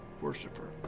worshiper